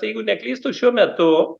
jeigu neklystu šiuo metu